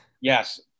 Yes